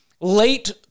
late